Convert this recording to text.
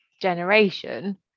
generation